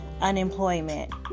unemployment